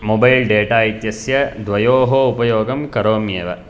mobile data इत्यस्य द्वयोः उपयोगं करोम्येव